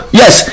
yes